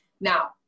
Now